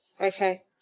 Okay